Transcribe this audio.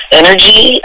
energy